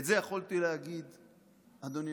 את זה יכולתי להגיד מלכתחילה,